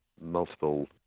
multiple